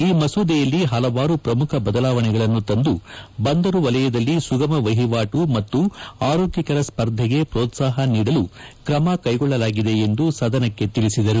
ಈ ಮಸೂದೆಯಲ್ಲಿ ಹಲವಾರು ಪ್ರಮುಖ ಬದಲಾವಣೆಯನ್ನು ತಂದು ಬಂದರು ವಲಯದಲ್ಲಿ ಸುಗಮ ವಹಿವಾಣು ಮತ್ತು ಆರೋಗ್ಯಕರ ಸ್ವರ್ಧೆಗೆ ಪ್ರೋತ್ಪಾಹ ನೀಡಲು ಕ್ರಮ ಕೈಗೊಳ್ಳಲಾಗಿದೆ ಎಂದು ಸದನಕ್ಕೆ ತಿಳಿಸಿದರು